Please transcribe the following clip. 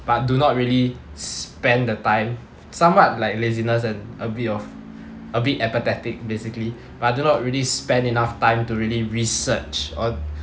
but do not really spend the time somewhat like laziness and a bit of a bit apathetic basically but I do not really spend enough time to really research or